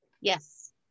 Yes